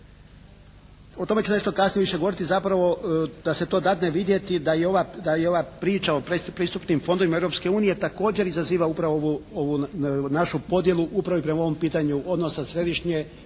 O tome ću neto kasnije više govoriti, zapravo da se to dadne vidjeti da i ova priča o predpristupnim fondovima Europske unije također izaziva upravo ovu našu podjelu upravo prema ovom pitanju odnosa središnje